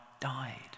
died